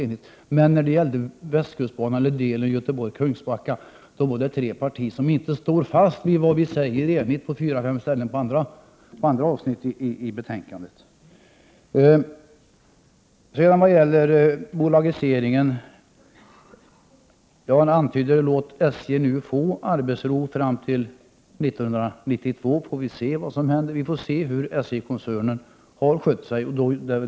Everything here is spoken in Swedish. När det gäller västkustbanan eller delen Göterborg-Kungsbacka är det tre partier som inte står fast vid vad utskottet har gått samman om i fråga om fyra eller fem andra avsnitt i betänkandet. I vad sedan gäller bolagiseringen antyder vi: Låt SJ nu få arbetsro fram till 1992, så får vi se vad som händer. Vi får se hur SJ-koncernen har skött sig.